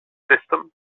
system